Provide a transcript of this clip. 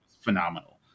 phenomenal